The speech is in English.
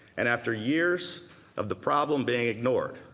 and after years of the problem being ignored,